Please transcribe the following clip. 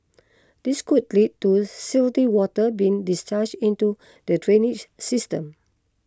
this could lead to silty water being discharged into the drainage system